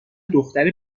دختر